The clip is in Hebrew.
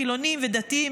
חילונים ודתיים,